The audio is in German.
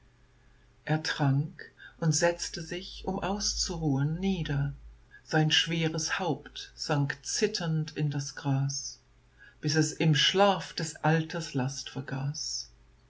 er trank und setzte sich um auszuruhen nieder sein schweres haupt sank zitternd in das gras bis es im schlaf des alters last vergaß